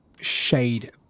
shade